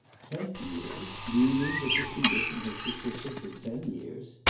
ten years! do you mean that this condition has persisted for ten years?